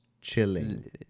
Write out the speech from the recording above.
chilling